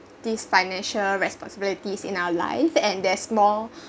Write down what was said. these financial responsibilities in our life and they're small